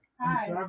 Hi